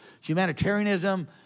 humanitarianism